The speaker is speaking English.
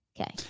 Okay